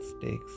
stakes